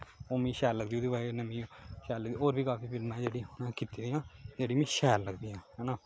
ओह् मिकी शैल लगदी ओह्दी बजह कन्नै मिकी शैल लगदी होर बी काफी फिल्मां ही जेह्ड़ियां उ'न्न कीती दियां जेह्ड़ी मिगी शैल लगदियां है ना